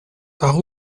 par